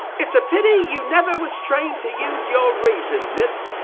it's a pity you never was trained to use your reason, miss.